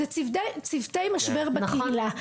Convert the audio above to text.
זה צוותי משבר בקהילה.